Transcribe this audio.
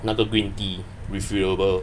那个 green tea refillable